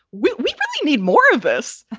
we we need more of this.